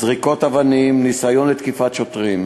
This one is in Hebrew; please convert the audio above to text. בזריקת אבנים ובניסיון לתקיפת שוטרים.